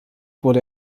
wurde